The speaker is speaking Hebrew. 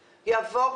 יעבור,